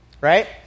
right